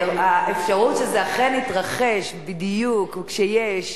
האפשרות שזה אכן יתרחש בדיוק וכשיש,